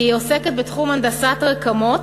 היא עוסקת בתחום הנדסת רקמות,